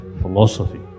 philosophy